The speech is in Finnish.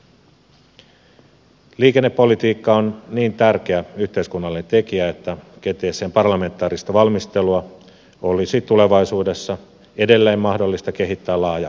liikennepolitiikka on niin tärkeä yhteiskunnallinen tekijä että kenties sen parlamentaarista valmistelua olisi tulevaisuudessa edelleen mahdollista kehittää laaja alaisemmaksi